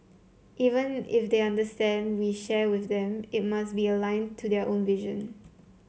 even if they understand we share with them it must be aligned to their own vision